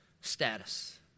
status